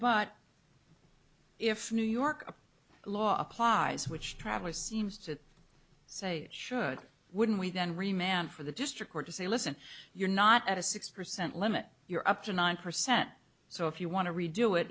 but if new york law applies which traveller seems to say it should wouldn't we then re man for the district court to say listen you're not at a six percent limit you're up to nine percent so if you want to redo it